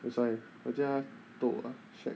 that's why 我叫他 dou lah shag